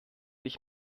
ich